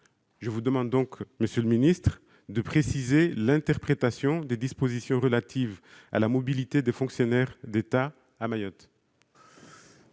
Je vous demande donc de préciser l'interprétation des dispositions relatives à la mobilité des fonctionnaires de l'État à Mayotte.